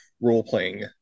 role-playing